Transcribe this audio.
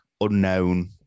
unknown